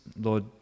Lord